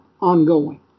ongoing